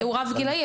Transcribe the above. והוא רב גילאי,